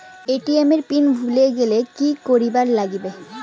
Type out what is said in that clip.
ATM এর PIN ভুলি গেলে কি করিবার লাগবে?